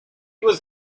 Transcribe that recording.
was